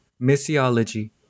missiology